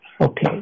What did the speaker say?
Okay